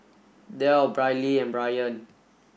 Del Briley and Brian